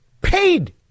paid